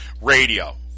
radio